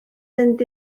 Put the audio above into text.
fynd